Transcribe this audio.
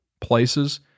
places